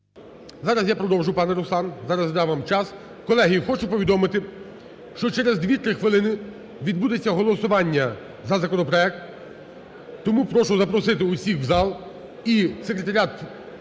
Зараз я продовжу, пане Руслан, зараз дам вам час. Колеги, хочу повідомити, що через дві-три хвилини відбудеться голосування за законопроект, тому прошу запросити всіх в зал і секретаріат